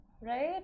right